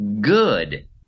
good